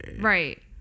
Right